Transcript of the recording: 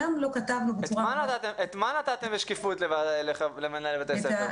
את מה נתתם בשקיפות למנהלי בתי הספר?